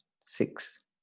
six